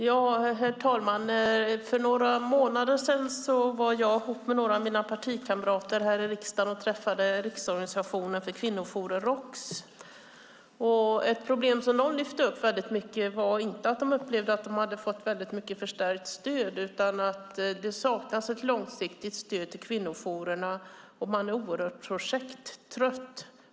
Herr talman! För några månader sedan var jag ihop med mina partikamrater här i riksdagen och träffade företrädare för Riksorganisationen för kvinnojourer och tjejjourer i Sverige, ROKS. Ett problem som de lyfte upp väldigt mycket var att de inte hade fått förstärkt stöd utan att det saknas ett långsiktigt stöd till kvinnojourerna och att de är oerhört projekttrötta.